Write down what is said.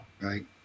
right